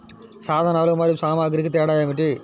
సాధనాలు మరియు సామాగ్రికి తేడా ఏమిటి?